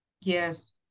Yes